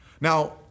Now